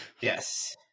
Yes